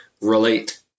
relate